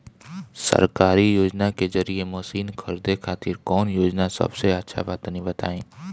सरकारी योजना के जरिए मशीन खरीदे खातिर कौन योजना सबसे अच्छा बा तनि बताई?